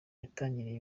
yatangiriye